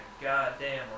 goddamn